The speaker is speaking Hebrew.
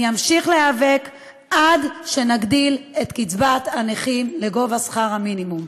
אני אמשיך להיאבק עד שנגדיל את קצבת הנכים לגובה שכר המינימום.